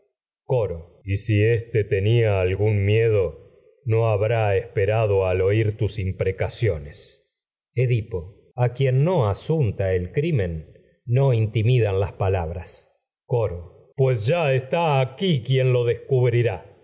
coro rado al y si tus éste tenía algún miedo no habrá espe oír imprecaciones quien no edipo las a asunta el crimen no intimidan palabras coro a pues ya está aquí quien lo descubrirá